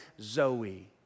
Zoe